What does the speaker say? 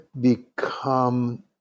become